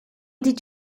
did